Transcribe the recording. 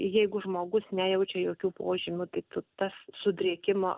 jeigu žmogus nejaučia jokių požymių tai tu tas sudrėkimo